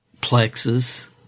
plexus